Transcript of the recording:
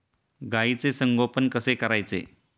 गाईचे संगोपन कसे करायचे?